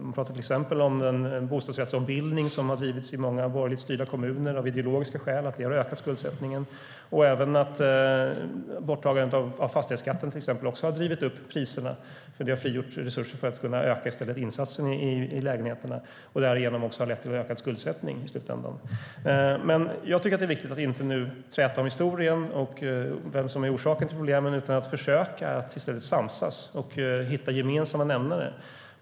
Man pratar till exempel om att den bostadsrättsombildning som av ideologiska skäl drivits i många borgerligt styrda kommuner har ökat skuldsättningen och även till exempel om att borttagandet av fastighetsskatten drivit upp priserna genom att frigöra resurser till ökade insatser i lägenheterna och därigenom också i slutändan lett till ökad skuldsättning. Men nu tycker jag att det är viktigt att inte träta om historien och om vem som är orsaken till problemen utan i stället försöka samsas och hitta gemensamma nämnare.